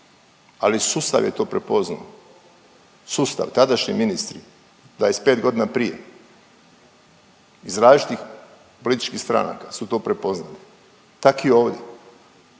ali sustav je to prepoznao, sustav, tadašnji ministri, 25 godina prije iz različitih političkih stranaka su to prepoznali. Tak i ovdje,